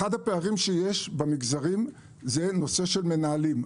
אחד הפערים שיש במגזרים זה הנושא של מנהלים.